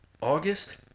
August